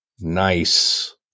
nice